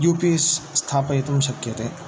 U P S स्थापयितुं शक्यते